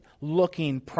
looking